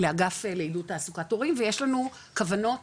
לאגף לעידוד תעסוקת הורים ויש לנו כוונות